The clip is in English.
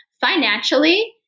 financially